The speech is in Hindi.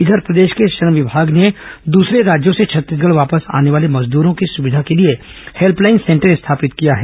इधर प्रदेश के श्रम विभाग ने दूसरे राज्यों से छत्तीसगढ़ वापस आने वाले श्रमिकों की सुविधा के लिए हेल्पलाइन सेंटर स्थापित किया है